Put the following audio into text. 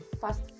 fast